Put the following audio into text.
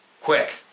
quick